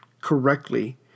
Correctly